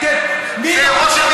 מה זה לא עושים?